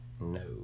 no